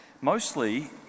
mostly